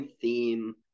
theme